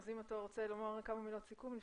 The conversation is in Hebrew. אז אם אתה רוצה לומר כמה מילות סיכום,